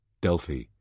Delphi